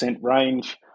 range